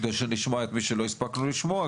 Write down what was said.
על מנת שנשמע את מי שלא הספקנו לשמוע,